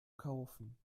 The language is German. kaufen